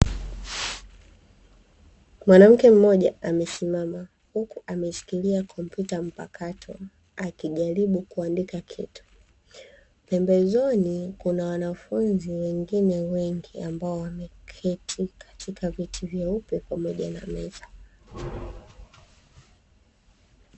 Mwanamke mmoja amesimama ameshikilia kompyuta mpakato, akijaribu kuandika kitu. Pembezoni kuna wanafunzi wengine wengi ambao wameketi katika viti vyeupe pamoja na meza.